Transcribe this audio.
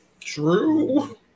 True